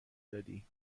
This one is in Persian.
دادی